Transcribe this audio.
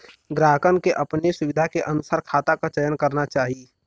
ग्राहकन के अपने सुविधा के अनुसार खाता क चयन करना चाही